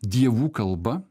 dievų kalba